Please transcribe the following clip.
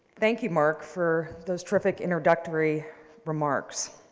thank you, mark, for those terrific introductory remarks.